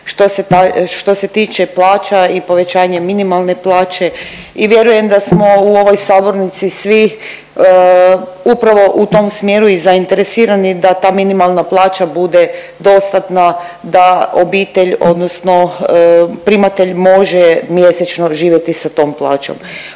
što se tiče plaća i povećanje minimalne plaće i vjerujem da smo u ovoj sabornici svi upravo u tom smjeru i zainteresirani da ta minimalna plaća bude dostatna, da obitelj odnosno primatelj može mjesečno živjeti s tom plaćom.